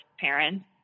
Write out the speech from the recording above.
parents